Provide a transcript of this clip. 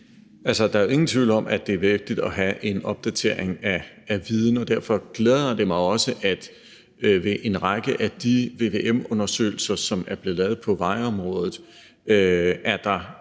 der er ingen tvivl om, at det er vigtigt, at vi får opdateret vores viden, og derfor glæder det mig også, at der ved en række af de vvm-undersøgelser, som er blevet lavet på vejområdet, og som også